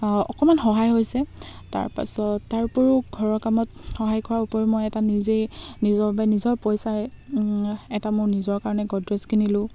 অকণমান সহায় হৈছে তাৰপাছত তাৰ উপৰিও ঘৰৰ কামত সহায় কৰাৰ উপৰিও মই এটা নিজেই নিজৰ বাবে নিজৰ পইচাৰে এটা মোৰ নিজৰ কাৰণে গড্ৰেজ কিনিলোঁ